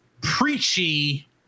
preachy